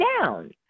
down